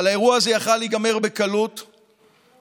אבל האירוע הזה יכול היה להיגמר בקלות בלינץ'